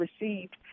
received